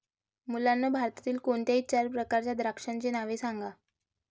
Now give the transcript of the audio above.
मुलांनो भारतातील कोणत्याही चार प्रकारच्या द्राक्षांची नावे सांगा